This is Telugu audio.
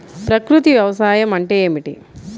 ప్రకృతి వ్యవసాయం అంటే ఏమిటి?